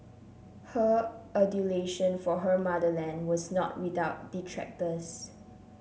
her adulation for her motherland was not without detractors